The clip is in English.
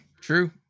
true